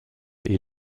est